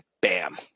bam